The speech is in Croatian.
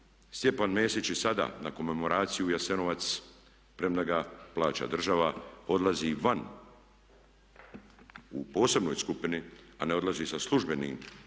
Stjepan Mesić i sada na komemoraciju u Jasenovac premda ga plaća država odlazi van u posebnoj skupini a ne odlazi sa službenim